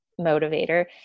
motivator